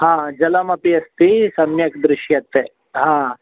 ह जलमपि अस्ति सम्यक् दृश्यते ह